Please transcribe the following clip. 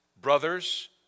brothers